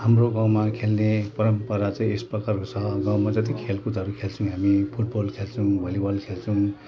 हाम्रो गाउँमा खेल्ने परम्परा चाहिँ यस प्रकारको छ गाउँमा जति खेलकुदहरू खेल्छौँ हामी फुट बल खेल्छौँ भली बल खेल्छौँ